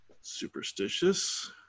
superstitious